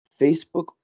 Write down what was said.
Facebook